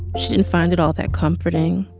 she didn't find it all that comforting,